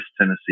Tennessee